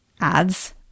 ads